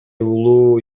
улуу